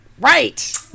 right